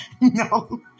no